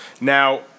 Now